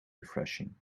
refreshing